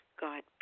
God